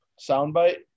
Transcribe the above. soundbite